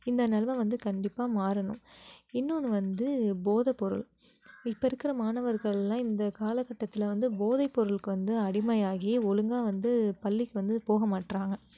இந்த நெலைம வந்து கண்டிப்பாக மாறணும் இன்னொன்று வந்து போதை பொருள் இப்போ இருக்கிற மாணவர்கள்லாம் இந்த காலக்கட்டத்தில் வந்து போதை பொருளுக்கு வந்து அடிமை ஆகி ஒழுங்காக வந்து பள்ளிக்கு வந்து போக மாட்டேறாங்க